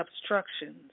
obstructions